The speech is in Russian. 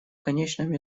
конечном